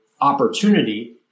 opportunity